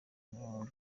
mirongo